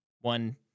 One